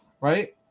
right